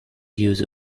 use